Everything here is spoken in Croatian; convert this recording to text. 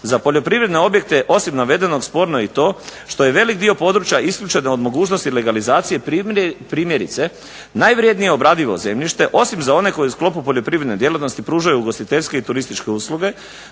Za poljoprivredne objekte osim navedenog sporno je i to što je velik dio područja isključen od mogućnosti legalizacije primjerice najvrjednije obradivo zemljište osim za one koje u sklopu poljoprivredne djelatnosti pružaju ugostiteljske i turističke usluge